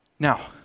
Now